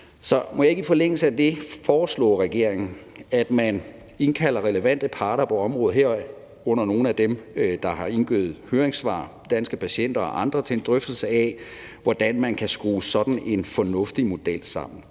Så må jeg ikke i forlængelse af det foreslå regeringen, at man indkalder de relevante parter på området, herunder nogle af dem, der har indgivet høringssvar, Danske Patienter og andre, til en drøftelse af, hvordan man kan skrue sådan en fornuftig model sammen?